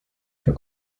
fue